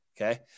okay